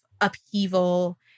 upheaval